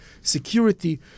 security